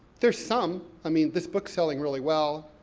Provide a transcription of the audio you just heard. there's some, i mean, this book's selling really well.